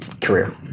career